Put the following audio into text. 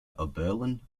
oberlin